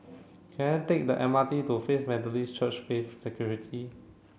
can I take the M R T to Faith Methodist Church Faith Sanctuary